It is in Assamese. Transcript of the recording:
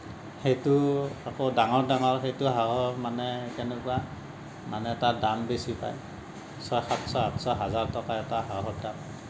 সেইটো আকৌ ডাঙৰ ডাঙৰ সেইটো হাঁহৰ মানে কেনেকুৱা মানে তাত দাম বেছি পায় ছয় সাতশ আঠশ হাজাৰ টকা এটা হাঁহৰ দাম